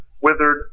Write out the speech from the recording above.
withered